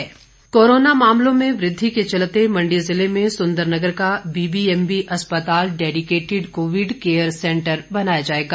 Covid centre कोरोना मामलों में वृद्धि के चलते मण्डी जिले में सुंदरनगर का बीबीएमबी अस्पताल डेडिकेटिड कोविड केयर सेंटर बनाया जाएगा